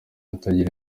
atagira